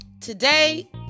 today